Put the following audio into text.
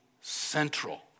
central